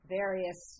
various